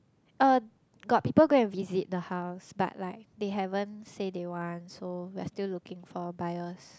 uh got people go and visit the house but like they haven't say they one so we are still looking for buyers